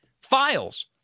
files